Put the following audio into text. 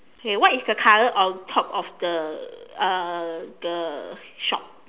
okay what is the color on top of the uh the shop